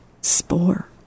Spore